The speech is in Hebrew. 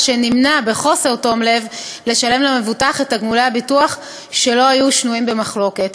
שנמנע בחוסר תום לב לשלם למבוטח את תגמולי הביטוח שלא היו שנויים במחלוקת.